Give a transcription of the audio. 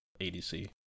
ADC